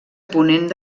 ponent